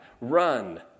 run